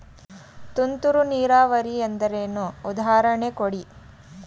ತುಂತುರು ನೀರಾವರಿ ಎಂದರೇನು, ಉದಾಹರಣೆ ಕೊಡಿ?